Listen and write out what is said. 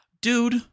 Dude